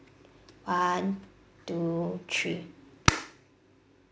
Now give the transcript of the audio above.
one two three